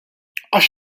għax